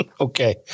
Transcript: Okay